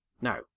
Now